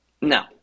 No